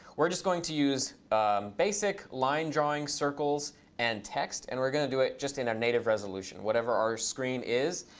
we're just going to use basic line drawing circles and text. and we're going to do it just in our native resolution, whatever our screen is.